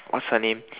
what's her name